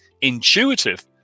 intuitive